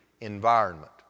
environment